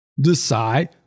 decide